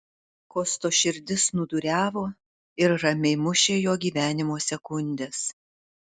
kosto širdis snūduriavo ir ramiai mušė jo gyvenimo sekundes